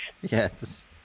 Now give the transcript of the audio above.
Yes